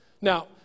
Now